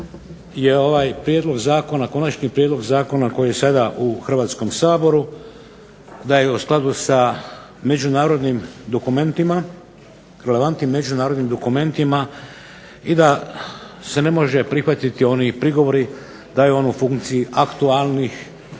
je ovaj prijedlog zakona, konačni prijedlog zakona koji je sada u Hrvatskom saboru, da je u skladu sa međunarodnim dokumentima, relevantnim međunarodnim dokumentima i da se ne može prihvatiti oni prigovori da je on u funkciji aktualnih